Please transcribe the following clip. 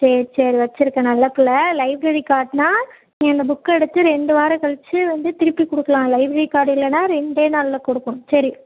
சரி சரி வெச்சிருக்க நல்ல பிள்ள லைப்ரரி கார்டுனா நீ அந்த புக் எடுத்து ரெண்டு வாரம் கழித்து வந்து திருப்பி கொடுக்கலாம் லைப்ரரி கார்டு இல்லைன்னா ரெண்டே நாளில் கொடுக்கணும் சரி